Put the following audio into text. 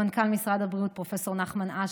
למנכ"ל משרד הבריאות פרופ' נחמן אש,